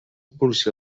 policia